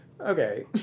okay